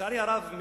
לצערי הרב,